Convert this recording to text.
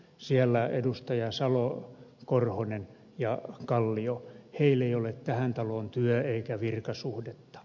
siellä edustajat salo korhonen ja kallio heillä ei ole tähän taloon työ eikä virkasuhdetta